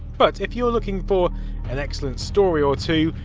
but, if you're looking for an excellent story or two.